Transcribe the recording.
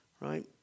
right